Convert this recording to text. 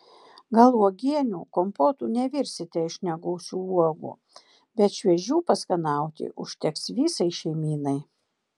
gal uogienių kompotų nevirsite iš negausių uogų bet šviežių paskanauti užteks visai šeimynai